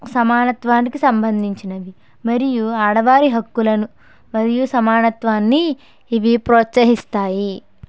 సమానత్వానికి సంబంధించినవి మరియు ఆడవారి హక్కులను మరియు సమానత్వాన్ని ఇవి ప్రోత్సహిస్తాయి